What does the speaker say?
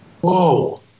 Whoa